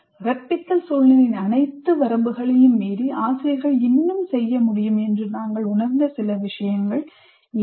கற்பித்தல் சூழ்நிலையின் அனைத்து வரம்புகளையும் மீறி ஆசிரியர்கள் இன்னும் செய்ய முடியும் என்று நாங்கள் உணர்ந்த சில விஷயங்கள் இவை